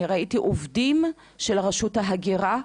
אני ראיתי עובדים של רשות ההגירה,